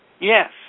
Yes